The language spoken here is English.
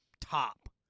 top